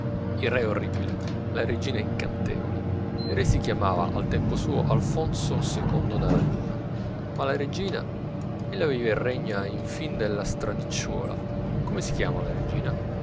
il re è orribile la regina è incantevole il re si chiamava al tempo suo alfonso ii d'aragona ma la regina ella vive e regna in fin della stradicciuola come si chiama la regina